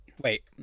Wait